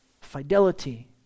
fidelity